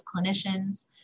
clinicians